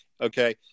Okay